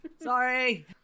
Sorry